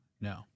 No